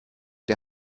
der